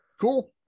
Cool